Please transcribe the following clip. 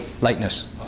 Lightness